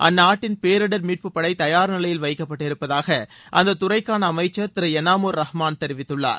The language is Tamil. அந்நாட்டின் பேரிடர் மீட்பு படை தயார் நிலையில் வைக்கப்பட்டிருப்பதாக அந்த துறைக்கான அமைச்சர் திரு யனாமுர் ரஹ்மான் தெரிவித்துள்ளார்